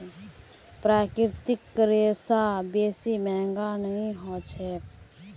प्राकृतिक रेशा बेसी महंगा नइ ह छेक